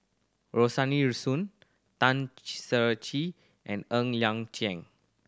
Rosaline Soon Tan Ser Cher and Ng Liang Chiang